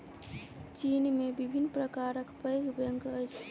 चीन में विभिन्न प्रकारक पैघ बैंक अछि